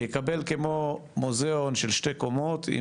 יקבל כמו מוזיאון של שתי קומות,